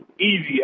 easier